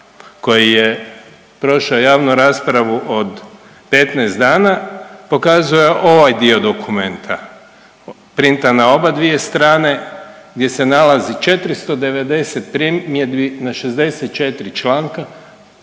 koji je prošao javnu raspravu od 15 dana pokazuje ovaj dio dokumenta printan na oba dvije strane, gdje se nalazi 490 primjedbi na 64. članka